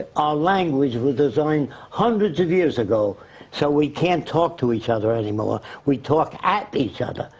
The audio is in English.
our languages were designed hundreds of years ago so we can't talk to each other anymore. we talk at each other.